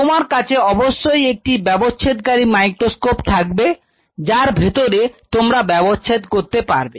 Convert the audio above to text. তোমার কাছে অবশ্যই একটি ব্যবচ্ছেদ কারী মাইক্রোস্কোপ থাকবে যার ভেতরে তোমরা ব্যবচ্ছেদ করতে পারবে